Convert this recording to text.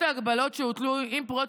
אחת המטרות החשובות של החוק היא להפחית